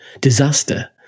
Disaster